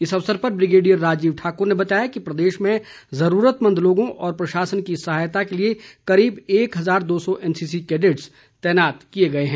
इस अवसर पर ब्रिगेडियर राजीव ठाकुर ने बताया कि प्रदेश में जरूरतमंद लोगों और प्रशासन की सहायता के लिए करीब एक हजार दो सौ एनसीसी कैडेटस तैनात किए गए हैं